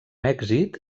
èxit